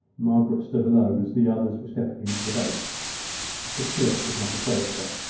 margaret stood alone, as the others were stepping into the boats but philip did not approach her.